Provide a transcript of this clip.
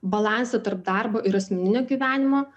balanso tarp darbo ir asmeninio gyvenimo